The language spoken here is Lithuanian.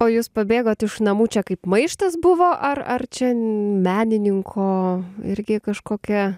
o jūs pabėgot iš namų čia kaip maištas buvo ar ar čia menininko irgi kažkokia